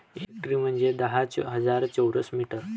एक हेक्टर म्हंजे दहा हजार चौरस मीटर